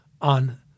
on